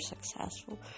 successful